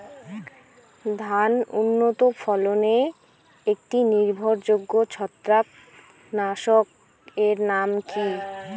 ধান উন্নত ফলনে একটি নির্ভরযোগ্য ছত্রাকনাশক এর নাম কি?